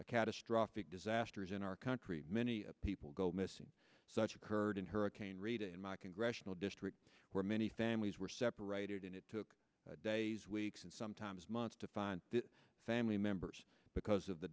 a catastrophic disasters in our country many people go missing such occurred in hurricane rita in my congressional district where many families were separated and it took days weeks and sometimes months to find the family members because of the